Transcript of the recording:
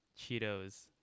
Cheetos